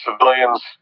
civilians